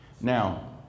Now